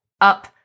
up